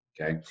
okay